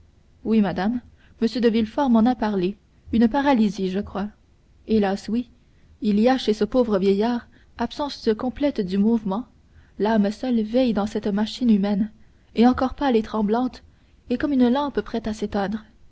oui madame m de villefort m'en a parlé une paralysie je crois hélas oui il y a chez ce pauvre vieillard absence complète du mouvement l'âme seule veille dans cette machine humaine et encore pâle et tremblante et comme une lampe prête à s'éteindre